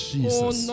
Jesus